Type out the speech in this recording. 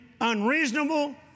unreasonable